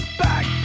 back